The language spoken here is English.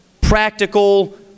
practical